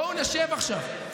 בואו נשב עכשיו.